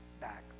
back